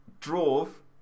drove